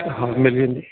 हा मिली वेंदी